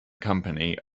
company